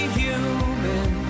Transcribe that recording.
human